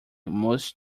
most